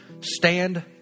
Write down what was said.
stand